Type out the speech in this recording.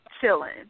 chilling